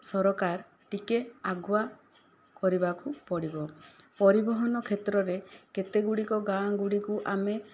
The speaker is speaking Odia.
ସରକାର ଟିକିଏ ଆଗୁଆ କରିବାକୁ ପଡ଼ିବ ପରିବହନ କ୍ଷେତ୍ରରେ କେତେଗୁଡ଼ିକ ଗାଁ ଗୁଡ଼ିକୁ ଆମେ